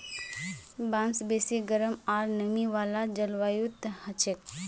बांस बेसी गरम आर नमी वाला जलवायुत हछेक